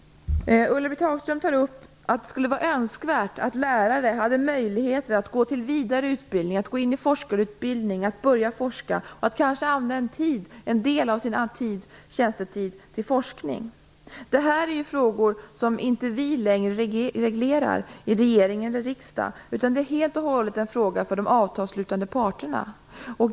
Ulla-Britt Hagström tar upp att det skulle vara önskvärt att lärare hade möjligheter att gå till vidare utbildning, gå in i forskarutbildning, börja forska och kanske använda en del av sin tjänstetid till forskning. Detta är frågor som vi inte längre reglerar i regering eller riksdag, utan det är helt och hållet en fråga för de avtalsslutande parterna.